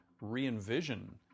re-envision